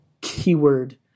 Keyword